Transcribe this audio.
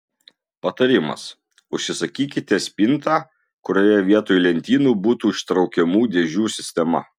patarimas užsisakykite spintą kurioje vietoj lentynų būtų ištraukiamų dėžių sistema